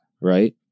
right